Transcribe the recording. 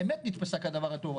האמת נתפסה כדבר טוב,